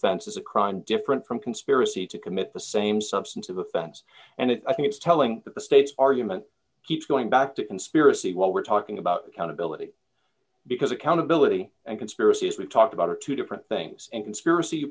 is a crime different from conspiracy to commit the same substantive offense and i think it's telling that the state's argument keeps going back to conspiracy what we're talking about accountability because accountability and conspiracies we've talked about are two different things and conspiracy